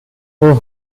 اوه